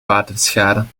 waterschade